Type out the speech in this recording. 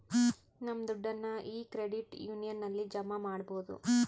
ನಮ್ ದುಡ್ಡನ್ನ ಈ ಕ್ರೆಡಿಟ್ ಯೂನಿಯನ್ ಅಲ್ಲಿ ಜಮಾ ಮಾಡ್ಬೋದು